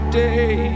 day